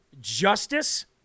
justice